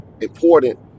important